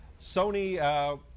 Sony